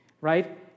right